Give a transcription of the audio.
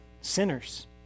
sinners